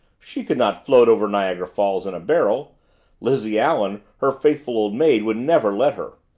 she could not float over niagara falls in a barrel lizzie allen, her faithful old maid, would never let her!